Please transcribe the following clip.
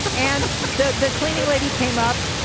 and and the the cleaning lady came up.